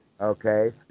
Okay